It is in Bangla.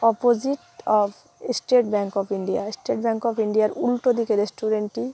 opposite of State Bank of India State Bank of ইন্ডিয়ার উল্টো দিকে রেস্টুরেন্টটি